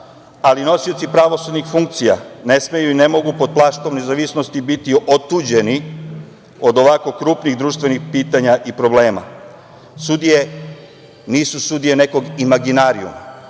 ali nosioci pravosudnih funkcija ne smeju i ne mogu pod plaštom nezavisnosti biti otuđeni od ovako krupnih društvenih pitanja i problema. Sudije nisu sudije nekog imaginarijuma,